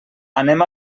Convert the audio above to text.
anem